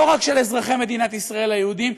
לא רק של אזרחי מדינת ישראל היהודים,